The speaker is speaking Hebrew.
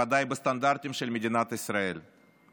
ודאי בסטנדרטים של מדינת ישראל.